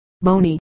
bony